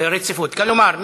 כלומר,